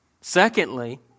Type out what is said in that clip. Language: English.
Secondly